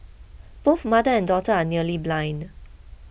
both mother and daughter are nearly blind